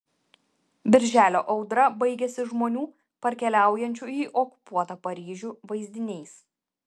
birželio audra baigiasi žmonių parkeliaujančių į okupuotą paryžių vaizdiniais